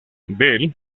del